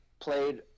played